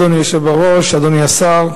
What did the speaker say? אדוני היושב בראש, תודה, אדוני השר,